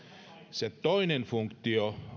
se toinen funktio